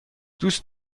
دوست